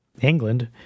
England